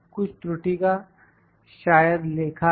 कुछ त्रुटि का शायद लेखा है